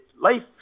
life